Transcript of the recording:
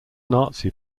nazi